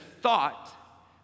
thought